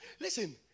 Listen